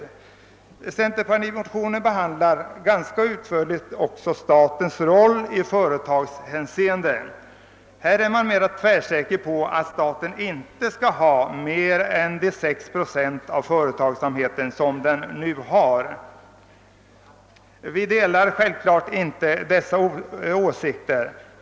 Beträffande företagsamheten behandlar motionen också ganska utförligt statens roll, men här är man mera säker på att staten inte skall ha mer än de 6 procent av företagsamheten som den nu har. Vi delar självfallet inte dessa åsikter.